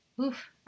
Oof